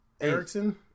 Ericsson